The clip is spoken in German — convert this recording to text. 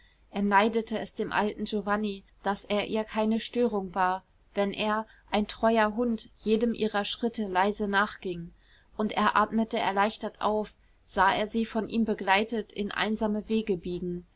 er neidete es dem alten giovanni daß er ihr keine störung war wenn er ein treuer hund jedem ihrer schritte leise nachging und er atmete erleichtert auf sah er sie von ihm begleitet in einsame wege biegen